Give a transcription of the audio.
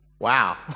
Wow